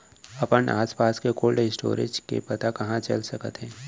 अपन आसपास के कोल्ड स्टोरेज के पता कहाँ चल सकत हे?